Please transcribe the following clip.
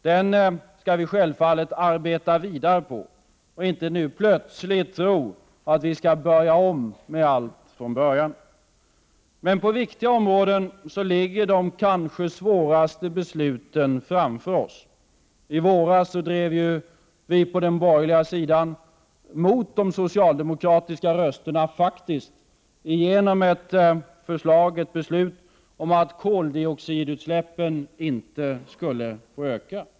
Den skall vi självfallet arbeta vidare på och inte nu plötsligt tro att vi skall börja om med allt från början. Men på viktiga områden ligger de kanske svåraste besluten framför oss. I våras drev vi på den borgerliga sidan — mot socialdemokraternas röster! — faktiskt igenom ett beslut om att koldioxidutsläppen inte skall få öka.